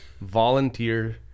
volunteer